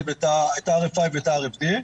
את ה- RFIואת ה-RFD.